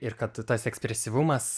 ir kad tas ekspresyvumas